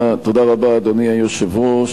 אדוני היושב-ראש,